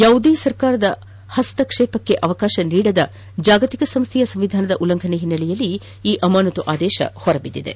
ಯಾವುದೇ ಸರ್ಕಾರದ ಹಸ್ತಕ್ಷೇಪಕ್ಕೆ ಅವಕಾಶ ನೀಡದ ಜಾಗತಿಕ ಸಂಸ್ಥೆಯ ಸಂವಿಧಾನದ ಉಲ್ಲಂಘನೆಯ ಹಿನ್ನೆಲೆಯಲ್ಲಿ ಈ ಅಮಾನತು ಆದೇಶ ಹೊರ ಬಿದ್ದಿದೆ